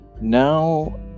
now